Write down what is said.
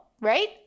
right